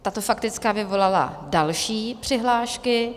Tato faktická vyvolala další přihlášky.